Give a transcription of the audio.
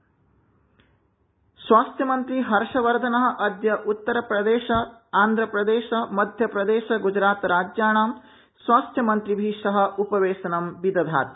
स्वास्थ्यमंत्री हर्षवर्धन स्वास्थमंत्री हर्षवर्धन अद्य उत्तरप्रदेश आंध्रप्रदेश मध्यप्रदेश गुजरातराज्याणां स्वास्थ्यमंत्रिभि सह उपवेशनं विदधाति